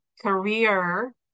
career